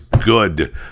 Good